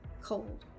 Cold